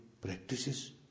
practices